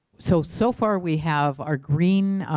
so, so far we have our green,